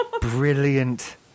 brilliant